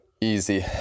Easy